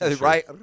right